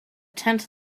tent